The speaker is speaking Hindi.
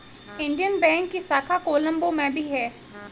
इंडियन बैंक की शाखा कोलम्बो में भी है